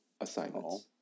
assignments